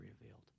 revealed